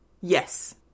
Yes